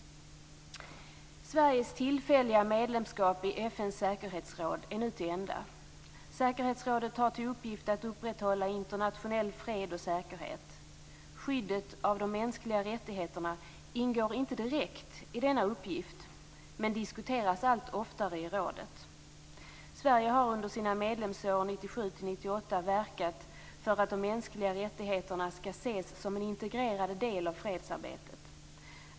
Sveriges tillfälliga medlemskap i FN:s säkerhetsråd är nu till ända. Säkerhetsrådet har till uppgift att upprätthålla internationell fred och säkerhet. Skyddet av de mänskliga rättigheterna ingår inte direkt i denna uppgift men diskuteras allt oftare i rådet. Sverige har under sina medlemsår 1997-1998 verkat för att de mänskliga rättigheterna skall ses som en integrerad del av fredsarbetet.